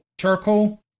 charcoal